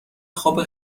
خواب